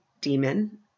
Demon